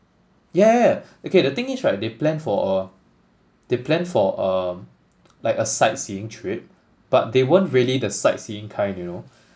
yeah yeah yeah okay the thing is right they plan for a they plan for um like a sightseeing trip but they weren't really the sightseeing kind you know